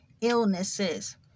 illnesses